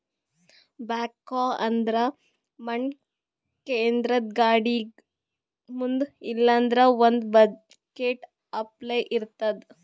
backhoe ಅಂದ್ರ ಮಣ್ಣ್ ಕೇದ್ರದ್ದ್ ಗಾಡಿಗ್ ಮುಂದ್ ಇಲ್ಲಂದ್ರ ಒಂದ್ ಬಕೆಟ್ ಅಪ್ಲೆ ಇರ್ತದ್